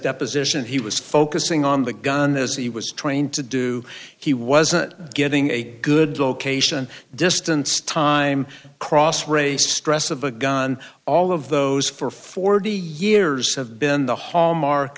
deposition he was focusing on the gun as he was trained to do he wasn't getting a good location distance time cross race stress of a gun all of those for forty years have been the hallmark